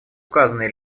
указанные